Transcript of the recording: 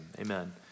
amen